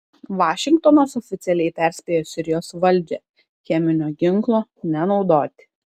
vašingtonas oficialiai perspėjo sirijos valdžią cheminio ginklo nenaudoti